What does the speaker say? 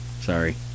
Sorry